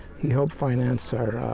he helped finance our